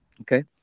Okay